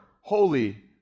holy